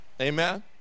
Amen